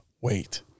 wait